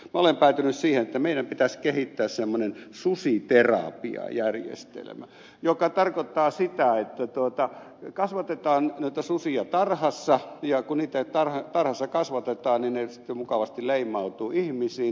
minä olen päätynyt siihen että meidän pitäisi kehittää semmoinen susiterapiajärjestelmä joka tarkoittaa sitä että kasvatetaan näitä susia tarhassa ja kun niitä tarhassa kasvatetaan niin ne sitten mukavasti leimautuvat ihmisiin